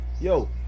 yo